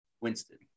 winston